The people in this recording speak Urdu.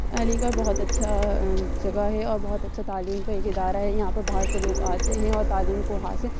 علی گڑھ بہت اچھا جگہ ہے اور بہت اچھا تعلیم کا ایک ادارہ ہے یہاں پہ باہر کے لوگ آتے ہیں اور تعلیم کو حاصل